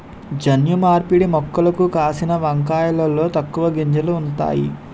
జన్యు మార్పిడి మొక్కలకు కాసిన వంకాయలలో తక్కువ గింజలు ఉంతాయి